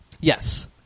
Yes